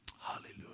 Hallelujah